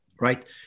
right